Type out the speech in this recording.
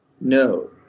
no